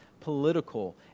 political